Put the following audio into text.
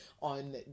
on